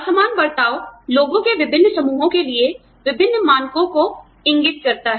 असमान बर्ताव लोगों के विभिन्न समूहों के लिए विभिन्न मानकों को इंगित करता है